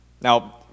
Now